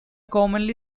commonly